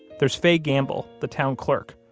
there's faye gamble, the town clerk.